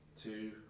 two